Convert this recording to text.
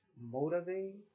motivate